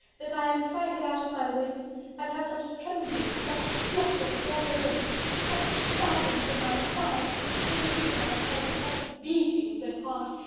that i am frighted out of my wits and have such tremblings, such flutterings, all over me such spasms in my side and pains in my head, and such beatings at heart,